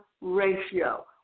ratio